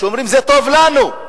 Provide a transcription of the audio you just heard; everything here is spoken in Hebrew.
שאומרים: זה טוב לנו.